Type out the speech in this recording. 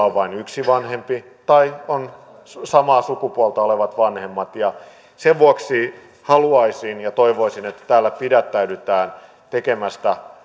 on vain yksi vanhempi tai on samaa sukupuolta olevat vanhemmat sen vuoksi haluaisin ja toivoisin että täällä pidättäydytään